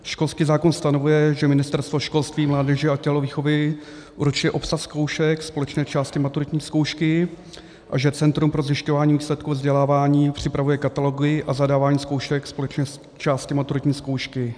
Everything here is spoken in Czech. Školský zákon stanovuje, že Ministerstvo školství, mládeže a tělovýchovy určuje obsah zkoušek společné části maturitní zkoušky a že Centrum pro zjišťování výsledků vzdělávání připravuje katalogy a zadávání zkoušek společné části maturitní zkoušky.